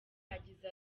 yagize